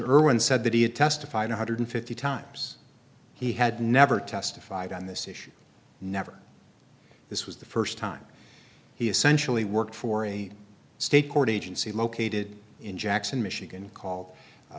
irwin said that he had testified one hundred fifty times he had never testified on this issue never this was the first time he essentially worked for a state court agency located in jackson michigan called